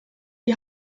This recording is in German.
die